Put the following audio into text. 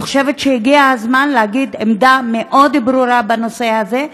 אני חושבת שהגיע הזמן להגיד עמדה מאוד ברורה בנושא הזה,